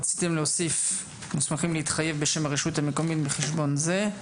רציתם להוסיף: "המוסמכים להתחייב בשם הרשות המקומית בחשבון זה".